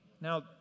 Now